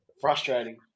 Frustrating